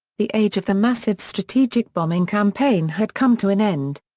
the age of the massive strategic bombing campaign had come to an end.